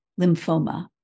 lymphoma